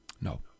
No